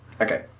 Okay